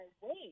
wait